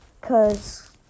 cause